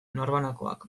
norbanakoak